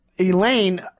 Elaine